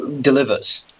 delivers